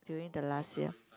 during the last year